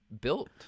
built